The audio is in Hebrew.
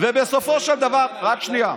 ובסופו של דבר, רק שנייה,